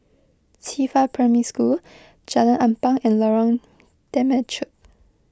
Qifa Primary School Jalan Ampang and Lorong Temechut